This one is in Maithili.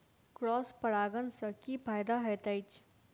क्रॉस परागण सँ की फायदा हएत अछि?